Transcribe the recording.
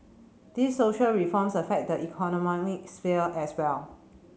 these social reforms affect the economic sphere as well